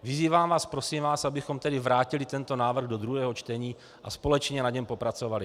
Vyzývám vás, prosím vás, abychom tedy vrátili tento návrh do druhého čtení a společně na něm popracovali.